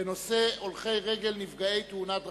בנושא: הולכי רגל נפגעי תאונת דרכים.